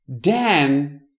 Dan